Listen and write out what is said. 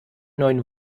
neun